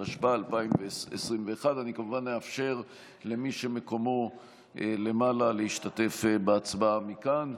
התשפ"א 2021. אני כמובן אאפשר למי שמקומו למעלה להשתתף בהצבעה מכאן.